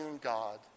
God